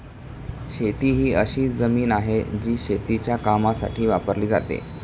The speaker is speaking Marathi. शेती ही अशी जमीन आहे, जी शेतीच्या कामासाठी वापरली जाते